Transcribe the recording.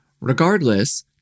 Regardless